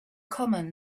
common